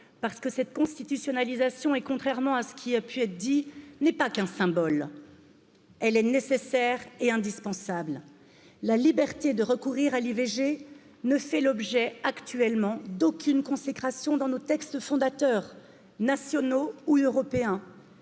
parce que cette constitutionnalisation et contrairement à ce qui a pu être dit, n'est pas qu'un symbole. elle est nécessaire et indispensable, la liberté de recourir à l'ivg nee fait l'objet actuellement d'aucune consécration dans nos textes fondateurs, nationaux ou européens